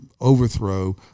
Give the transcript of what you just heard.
overthrow